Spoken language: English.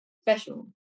special